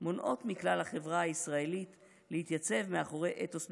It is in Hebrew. מונעות מכלל החברה הישראלית להתייצב מאחורי אתוס מחייב,